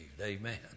Amen